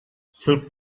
sırp